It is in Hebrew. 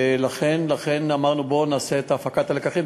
לכן אמרנו שנעשה הפקת לקחים.